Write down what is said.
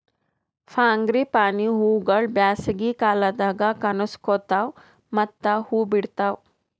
frangipani ಹೂವುಗೊಳ್ ಬ್ಯಾಸಗಿ ಕಾಲದಾಗ್ ಕನುಸ್ಕೋತಾವ್ ಮತ್ತ ಹೂ ಬಿಡ್ತಾವ್